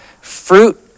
Fruit